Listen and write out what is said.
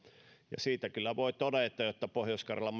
ja voi kyllä todeta että pohjois karjalan